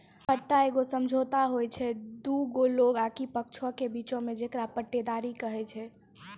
पट्टा एगो समझौता होय छै दु लोगो आकि पक्षों के बीचो मे जेकरा पट्टेदारी कही छै